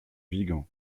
vigan